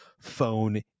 phone